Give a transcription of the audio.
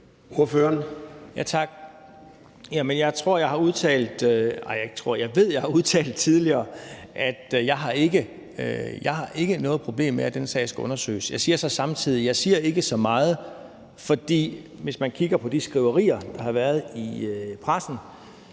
Jeg har tidligere udtalt, at jeg ikke har noget problem med, at den sag skal undersøges. Jeg siger så samtidig, at jeg ikke siger så meget, for hvis man kigger på de skriverier, der har været i pressen,